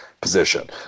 position